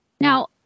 Now